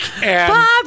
Bob